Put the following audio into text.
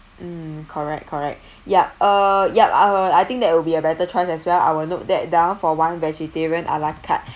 mm correct correct ya uh ya uh I think that will be a better choice as well I will note that down for one vegetarian a la carte